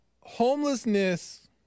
homelessness